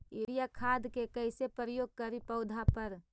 Urea खाद के कैसे प्रयोग करि पौधा पर?